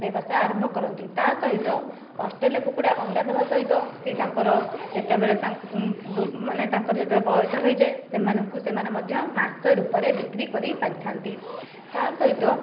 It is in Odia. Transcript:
ବ୍ୟବସାୟ ଆରମ୍ଭ କରନ୍ତି ତା ସହିତ ଅଷ୍ଟ୍ରେଲିଆ କୁକୁଡ଼ା ଅଣ୍ଡା ଦେବା ସହିତ ସେ ତାଙ୍କର ଯେତେବେଳେ ମାନେ ତାଙ୍କର ଯେତେବେଳେ ବୟସ ହୋଇଯାଏ ସେମାନଙ୍କୁ ସେମାନେ ମଧ୍ୟ ମାଂସ ରୂପରେ ବିକ୍ରି କରିପାରିଥାନ୍ତି ତା ସହିତ